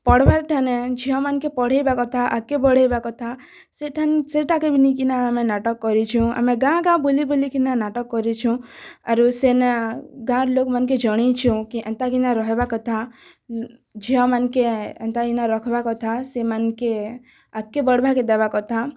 ପଢ଼୍ବାର୍ ଠାନେ ଝିଅମାନ୍କେ ପଢ଼େଇବା କଥା ଆଗ୍କେ ବଢ଼େଇବା କଥା ସେଠାନ୍ ସେଟାକେ ବି ନେଇକିନା ଆମେ ନାଟକ୍ କରିଛୁଁ ଆମେ ଗାଁ ଗାଁ ବୁଲି ବୁଲିକିନା ନାଟକ୍ କରିଛୁଁ ଆର୍ ସେନେ ଗାଁ'ର୍ ଲୋକ୍ମାନ୍କେ ଜନେଇଛୁଁ କି ଏନ୍ତା କିନା ରହେବାର୍ କଥା ଝିଅ ମାନ୍କେ ଏନ୍ତା କିନା ରଖ୍ବାର୍ କଥା ସେମାନ୍କେ ଆଗ୍କେ ବଢ଼ବାକେ ଦେବାର୍ କଥା